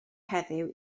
heddiw